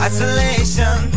Isolation